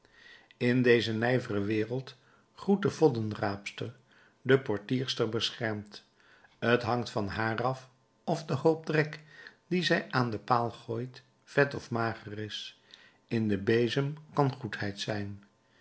in deze nijvere wereld groet de voddenraapster de portierster beschermt t hangt van haar af of de hoop drek dien zij aan den paal gooit vet of mager is in den bezem kan goedheid zijn